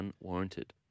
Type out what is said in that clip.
unwarranted